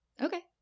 Okay